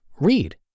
read